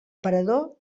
parador